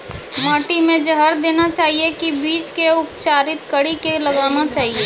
माटी मे जहर देना चाहिए की बीज के उपचारित कड़ी के लगाना चाहिए?